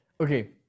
Okay